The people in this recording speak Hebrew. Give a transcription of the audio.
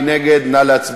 מי נגד?